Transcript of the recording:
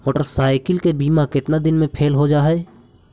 Motorcycle के बिमा केतना दिन मे फेल हो जा है?